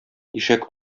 ишәк